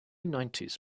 nineties